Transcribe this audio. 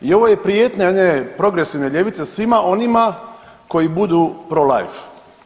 I ovo je prijetnja jedne progresivne ljevice svima onima koji budu prolife.